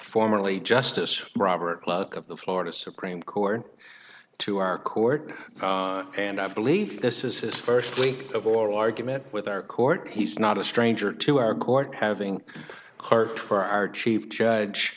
formerly justice robert luck of the florida supreme court to our court and i believe this is his st week of oral argument with our court he's not a stranger to our court having car for our chief judge